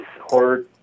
horror